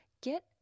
Get